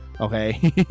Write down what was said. okay